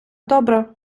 добре